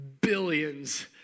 billions